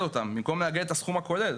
ולעגל אותם, במקום לעגל את הסכום הכולל.